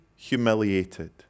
humiliated